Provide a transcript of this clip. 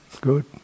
good